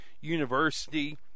university